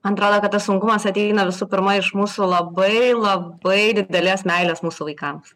man atrodo kad tas sunkumas ateina visų pirma iš mūsų labai labai didelės meilės mūsų vaikams